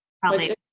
probably-